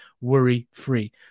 worry-free